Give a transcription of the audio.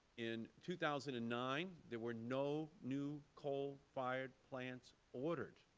in two thousand and nine, there were no new coal-fired plants ordered.